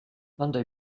monday